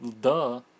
Duh